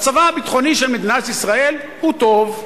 מצבה הביטחוני של מדינת ישראל הוא טוב,